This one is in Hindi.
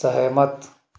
सहमत